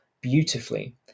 beautifully